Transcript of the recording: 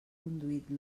conduït